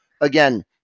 again